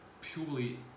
purely